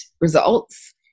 results